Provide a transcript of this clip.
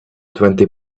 twenty